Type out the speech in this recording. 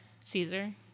Caesar